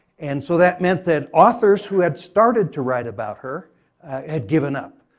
and so that meant that authors who had started to write about her had given up.